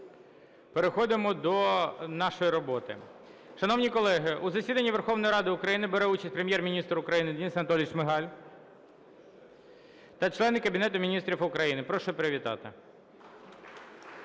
Переходимо до нашої роботи. Шановні колеги, у засіданні Верховної Ради України бере участь Прем'єр-міністр України Денис Анатолійович Шмигаль та члени Кабінету Міністрів України. Прошу привітати.